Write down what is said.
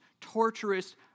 torturous